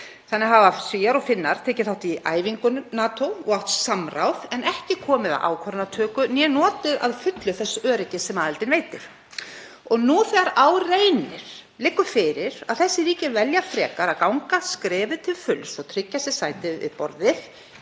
Finnar hafa þannig tekið þátt í æfingum NATO og átt samráð en hvorki komið að ákvarðanatöku né notið að fullu þess öryggis sem aðildin veitir. Nú þegar á reynir liggur fyrir að þessi ríki velja frekar að stíga skrefið til fulls og tryggja sér sæti við borðið